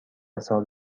سال